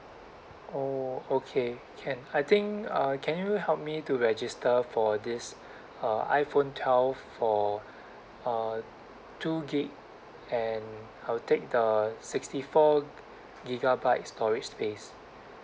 oh okay can I think uh can you help me to register for this uh iphone twelve for uh two gig and I'll take the sixty four gigabyte storage space